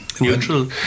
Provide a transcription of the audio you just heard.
neutral